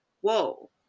whoa